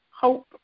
hope